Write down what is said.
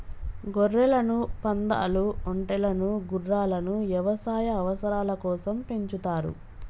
గొర్రెలను, పందాలు, ఒంటెలను గుర్రాలను యవసాయ అవసరాల కోసం పెంచుతారు